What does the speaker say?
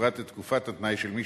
ובפרט את תקופת התנאי, של מי